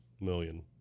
million